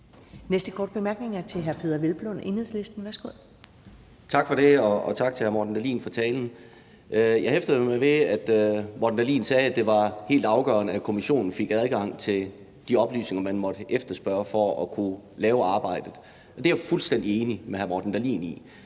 Værsgo. Kl. 11:30 Peder Hvelplund (EL): Tak for det. Og tak til hr. Morten Dahlin for talen. Jeg hæftede mig ved, at hr. Morten Dahlin sagde, at det var helt afgørende, at kommissionen fik adgang til de oplysninger, man måtte efterspørge for at kunne lave arbejdet, og det er jeg fuldstændig enig med hr. Morten Dahlin i.